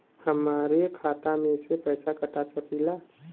हमरे खाता में से पैसा कटा सकी ला?